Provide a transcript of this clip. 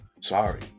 Sorry